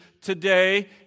today